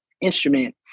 instrument